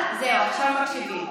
זהו, שאלת, עכשיו מקשיבים.